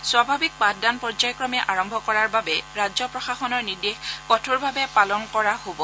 স্বাভাৱিক পাঠদান পৰ্যায় ক্ৰমে আৰম্ভ কৰাৰ বাবে ৰাজ্য প্ৰশাসনৰ নিৰ্দেশ কঠোৰভাৱে পালন কৰা হ'ব